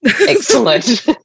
excellent